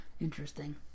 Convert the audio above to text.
Interesting